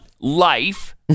life